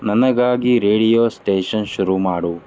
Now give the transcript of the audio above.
ನನಗಾಗಿ radio station ಶುರು ಮಾಡು